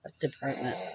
Department